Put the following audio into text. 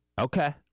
Okay